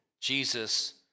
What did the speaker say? Jesus